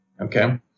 Okay